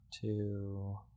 two